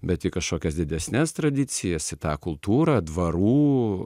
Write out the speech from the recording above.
bet į kažkokias didesnes tradicijas į tą kultūrą dvarų